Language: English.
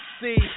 See